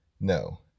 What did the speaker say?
No